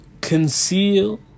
conceal